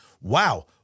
Wow